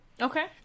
Okay